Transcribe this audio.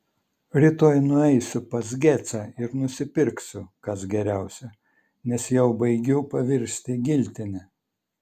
rytoj nueisiu pas gecą ir nusipirksiu kas geriausia nes jau baigiu pavirsti giltine